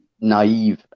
naive